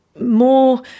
more